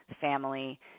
family